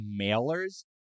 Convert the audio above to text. mailers